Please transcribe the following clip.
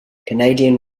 canadian